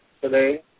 today